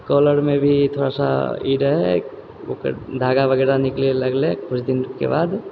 कॉलरमे भी थोड़ा सा इ रहै ओकर धागा वगैरह निकलै लगलै किछु दिनके बाद